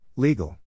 Legal